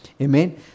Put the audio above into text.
Amen